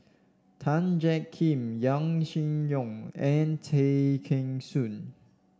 Tan Jiak Kim Yaw Shin Leong and Tay Kheng Soon